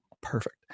Perfect